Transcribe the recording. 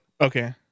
Okay